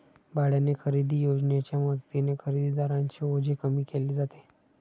भाड्याने खरेदी योजनेच्या मदतीने खरेदीदारांचे ओझे कमी केले जाते